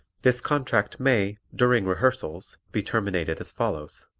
this contract may, during rehearsals, be terminated as follows